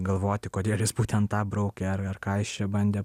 galvoti kodėl jis būtent tą braukė ar ar ką jis čia bandė